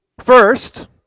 First